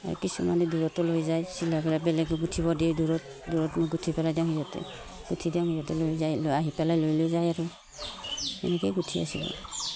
এই কিছুমানে দূৰতো লৈ যায় চিলাই পেলাই বেলেগো গোঁঠিব দিয়ে দূৰত দূৰত মই গোঁঠি পেলাই দিওঁ সিহঁতে গোঁঠি দিওঁ সিহঁতে লৈ যায় লৈ আহি পেলাই লৈ লৈ যায় আৰু এনেকৈয়ে গোঁঠি আছো